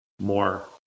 more